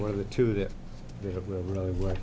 one of the two that w